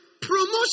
promotion